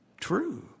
true